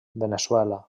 veneçuela